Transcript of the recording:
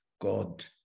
God